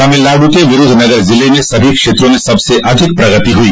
तमिलनाडु के विरूधनगर जिले म सभी क्षेत्रों में सबसे अधिक प्रगति हुई